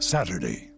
Saturday